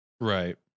Right